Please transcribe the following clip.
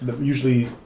Usually